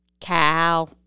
cow